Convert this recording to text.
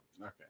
Okay